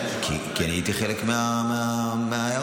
כי הייתי חלק מההערות.